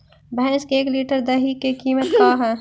भैंस के एक लीटर दही के कीमत का है?